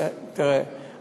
תראה,